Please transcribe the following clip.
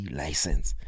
license